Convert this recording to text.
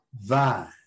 vine